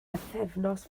bythefnos